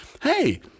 hey